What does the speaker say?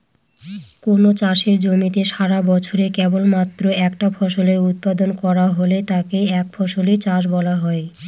কোনো চাষের জমিতে সারাবছরে কেবলমাত্র একটা ফসলের উৎপাদন করা হলে তাকে একফসলি চাষ বলা হয়